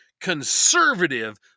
conservative